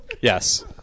yes